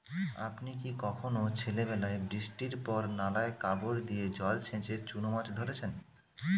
আপনি কি কখনও ছেলেবেলায় বৃষ্টির পর নালায় কাপড় দিয়ে জল ছেঁচে চুনো মাছ ধরেছেন?